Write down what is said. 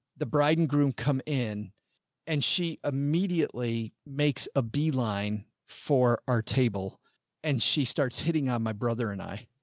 the bride and groom come in and she immediately makes a beeline for our table and she starts hitting on my brother. and i.